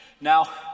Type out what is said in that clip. Now